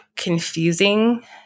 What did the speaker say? Confusing